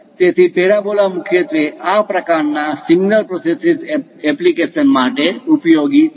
તેથી પેરાબોલા મુખ્યત્વે આ પ્રકારના સિગ્નલ પ્રોસેસિંગ એપ્લિકેશન માટે ઉપયોગી છે